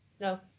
no